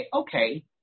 okay